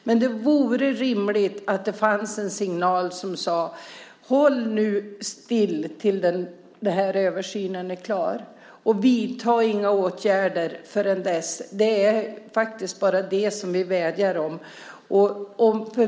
Men det vore rimligt att man signalerade att inga åtgärder bör vidtas innan översynen är klar. Det är faktiskt bara det som vi vädjar om.